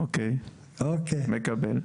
אוקי מקבל.